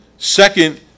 Second